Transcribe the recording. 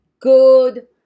good